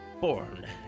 Born